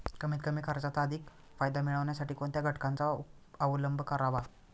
कमीत कमी खर्चात अधिक फायदा मिळविण्यासाठी कोणत्या घटकांचा अवलंब करावा?